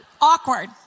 awkward